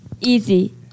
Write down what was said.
Easy